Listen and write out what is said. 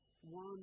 One